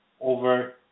over